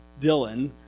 Dylan